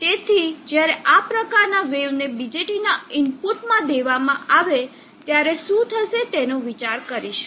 તેથી જ્યારે આ પ્રકારના વેવને BJT ના ઈનપુટ માં દેવામાં આવે ત્યારે શું થશે તેનો વિચાર કરીશું